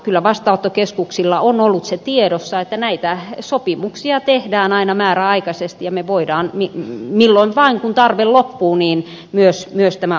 kyllä vastaanottokeskuksilla on ollut se tiedossa että näitä sopimuksia tehdään aina määräaikaisesti ja me voimme milloin vaan kun tarve loppuu myös tämän ostopalvelutoiminnan lopettaa